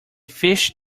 fish